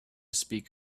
speak